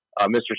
Mr